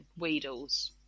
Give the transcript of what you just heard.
weedles